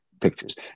pictures